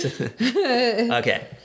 okay